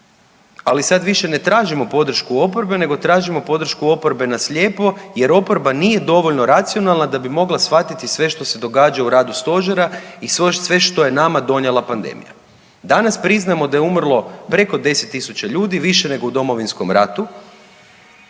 ali sad više ne tražimo podršku oporbe, nego tražim podršku oporbe na slijepo jer oporba nije dovoljno racionalna da bi mogla shvatiti sve što se događa u radu Stožera i sve što je nama donijela pandemija. Danas priznajemo da je umrlo preko 10 tisuća ljudi, više nego u Domovinskom ratu.